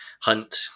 Hunt